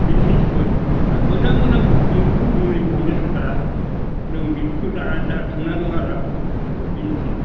बेजोंसो इसोर दा मोजां मोजां मुलि बहनबाय सरखारा जों बेफोरखो जाना दा थांना दं आरो बिनोसै